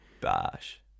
Bash